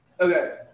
Okay